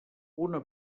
una